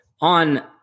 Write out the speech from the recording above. on